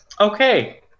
Okay